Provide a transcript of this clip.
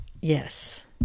Yes